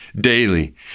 daily